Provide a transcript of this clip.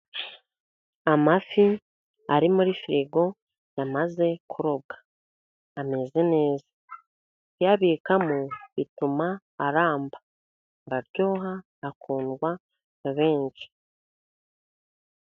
Amafi ari muri firigo, yamaze kurogbwa. Ameze neza. Kuyabikamo bituma aramba. Araryoha, akundwa na benshi.